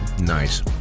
Nice